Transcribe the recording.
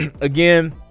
again